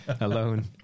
alone